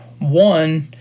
one